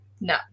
No